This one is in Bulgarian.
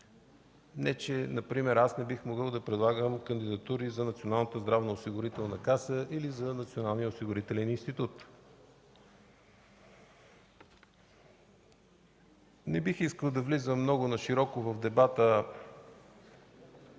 – не че аз не бих могъл да предлагам кандидатури за Националната здравноосигурителна каса или за Националния осигурителен институт. Не бих искал да влизам много нашироко в дебата